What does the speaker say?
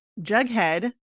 Jughead